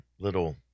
little